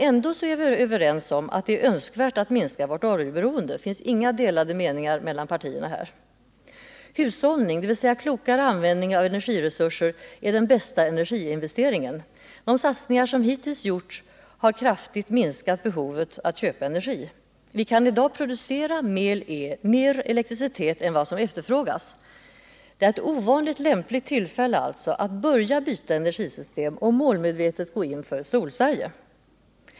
Ändå är vi överens om att det är önskvärt att minska vårt oljeberoende, det finns inga delade meningar mellan partierna om den saken. Hushållning, dvs. klokare användning av energiresurser, är den bästa energiinvesteringen. De satsningar som hittills gjorts har kraftigt minskat behovet av att köpa energi. Vi kan i dag producera mer elektricitet än vad som efterfrågas. Det är alltså ett ovanligt lämpligt tillfälle att börja byta energisystem och målmedvetet gå in för Solsverige.